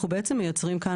אנחנו בעצם מייצרים כאן,